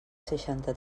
seixanta